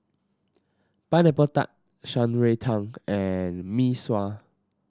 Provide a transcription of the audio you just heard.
Pineapple Tart Shan Rui Tang and Mee Sua